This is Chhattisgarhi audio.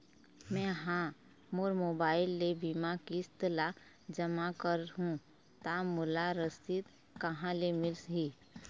मैं हा मोर मोबाइल ले बीमा के किस्त ला जमा कर हु ता मोला रसीद कहां ले मिल ही?